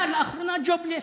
אתה לאחרונה jobless,